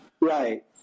Right